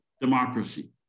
democracy